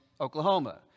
Oklahoma